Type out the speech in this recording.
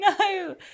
No